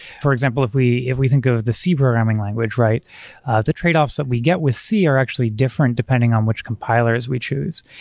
for example, if we if we think of the c programming language, the tradeoffs that we get with c are actually different depending on which compilers we choose.